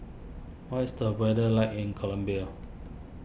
what is the weather like in Colombia